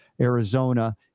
Arizona